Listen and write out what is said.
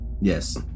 Yes